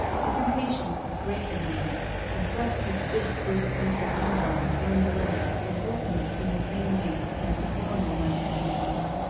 his impatience was greater now he thrust his fist through the pantry window at one blow, and opened it in the same way as the former one had been opened,